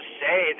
say